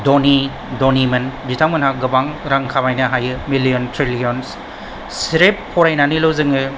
धनि धनि मोन बिथांमोना गोबां रां खामायनो हायो मिलियन ट्रिलियन सिर्फ फरायनानैल' जोङो